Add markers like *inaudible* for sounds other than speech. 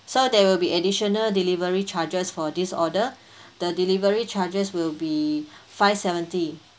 so there will be additional delivery charges for this order *breath* the delivery charges will be five seventy